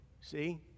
see